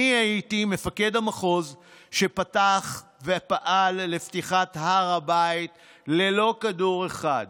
אני הייתי מפקד המחוז שפתח ופעל לפתיחת הר הבית ללא כדור אחד,